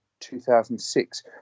2006